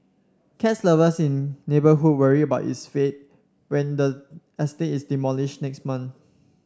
cats lovers in neighbourhood worry about its fate when the estate is demolished next month